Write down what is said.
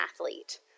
athlete